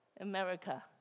America